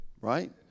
right